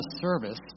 service